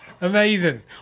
Amazing